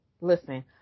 listen